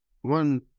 one